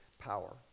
power